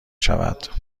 شود